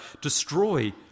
destroy